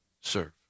serve